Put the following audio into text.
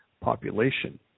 population